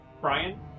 Brian